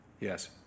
Yes